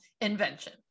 invention